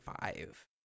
five